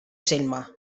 selma